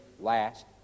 last